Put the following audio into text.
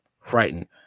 frightened